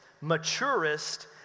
maturest